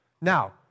Now